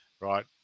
right